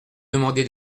demandé